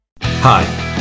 Hi